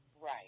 Right